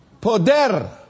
Poder